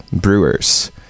brewers